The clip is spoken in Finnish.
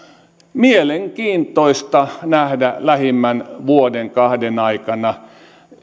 mielenkiintoista nähdä lähimpien vuoden kahden aikana